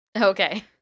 Okay